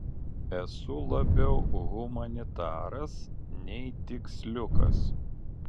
esu labiau humanitaras nei tiksliukas